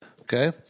Okay